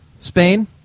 Spain